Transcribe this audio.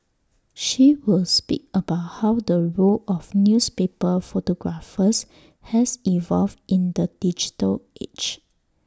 she will speak about how the role of newspaper photographers has evolved in the digital age